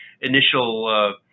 initial